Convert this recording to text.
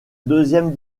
deuxième